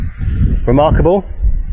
remarkable